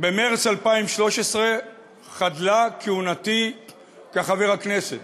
במרס 2013 חדלה כהונתי כחבר הכנסת.